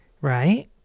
right